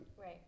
right